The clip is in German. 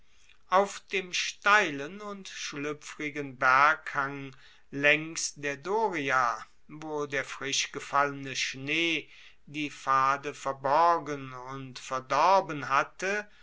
auf dem steilen und schluepfrigen berghang laengs der doria wo der frischgefallene schnee die pfade verborgen und verdorben hatte